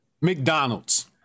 McDonald's